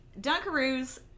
Dunkaroos